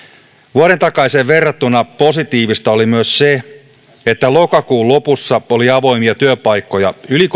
vuoden takaiseen verrattuna positiivista oli myös se että lokakuun lopussa oli avoimia työpaikkoja yli